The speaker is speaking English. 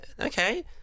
okay